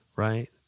right